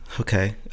Okay